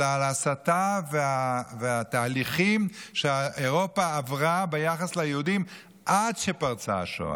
אלא על ההסתה והתהליכים שאירופה עברה ביחס ליהודים עד שפרצה השואה,